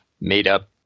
Made-up